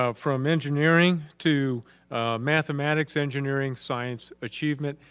ah from engineering to mathematics, engineering, science achievement,